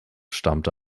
stammte